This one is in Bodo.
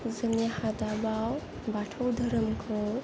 जोंनि हादाबाव बाथौ धोरोमखौ